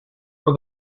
for